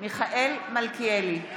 מיכאל מלכיאלי,